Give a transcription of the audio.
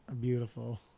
Beautiful